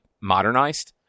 modernized